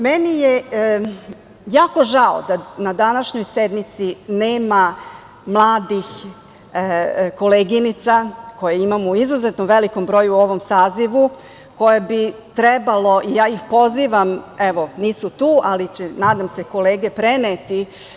Meni je jako žao da na današnjoj sednici nema mladih koleginica koje imamo u izuzetno velikom broju u ovom sazivu, koje bi trebalo, ja ih pozivam, evo nisu tu ali će nadam se kolege preneti.